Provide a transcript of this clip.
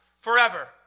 forever